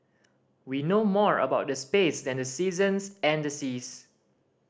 we know more about space than the seasons and the seas